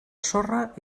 sorra